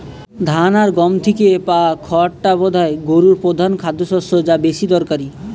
ধান আর গম থিকে পায়া খড়টা বোধায় গোরুর পোধান খাদ্যশস্য যা বেশি দরকারি